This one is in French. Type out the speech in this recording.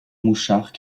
mouchard